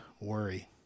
worry